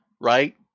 right